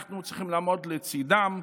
אנחנו צריכים לעמוד לצידם.